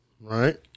Right